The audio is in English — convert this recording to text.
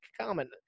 comment